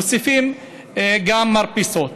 מוסיפים גם מרפסות